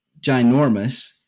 ginormous